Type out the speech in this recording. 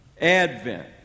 Advent